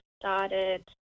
started